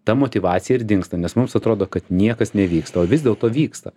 ta motyvacija ir dingsta nes mums atrodo kad niekas nevyksta o vis dėlto vyksta